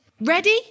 Ready